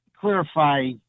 clarify